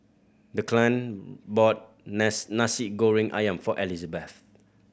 Declan bought Nasi Goreng Ayam for Elizebeth